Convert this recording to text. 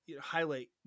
highlight